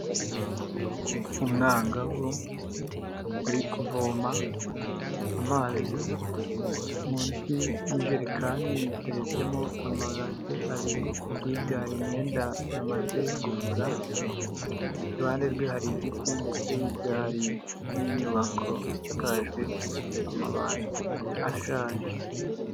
Umwangavu uri kuvoma amazi, munsi y'ijerekani yateretsemo amabase abiri, hirya hari imyenda yamaze gufura, iruhande rwe hari igiti ndetse hirya hari n'inyubako isakajwe amabati ashaje.